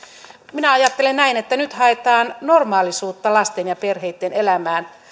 minä ajattelen näin että nyt haetaan normaalisuutta lasten ja perheitten elämään